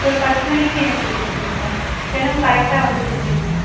ஒரு பத்து மணிக்கு எனக்கு கொடுத்துருங்க சார் தினமும் கரெக்டாக வந்து கொடுத்துருங்க சார்